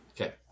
Okay